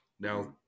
Now